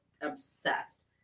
obsessed